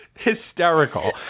hysterical